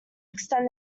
extend